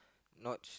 notch